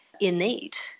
innate